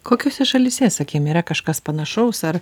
kokiose šalyse sakykim yra kažkas panašaus ar